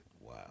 Wow